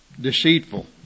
deceitful